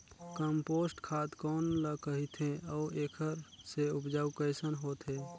Compost खाद कौन ल कहिथे अउ एखर से उपजाऊ कैसन होत हे?